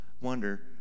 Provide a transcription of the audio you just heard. wonder